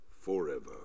forever